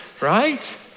Right